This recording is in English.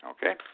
Okay